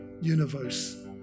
universe